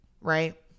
right